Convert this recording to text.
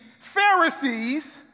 Pharisees